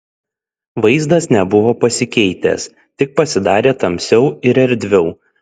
vaizdas nebuvo pasikeitęs tik pasidarė tamsiau ir erdviau